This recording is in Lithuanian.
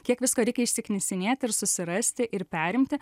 kiek visko reikia išsiknisinėti ir susirasti ir perimti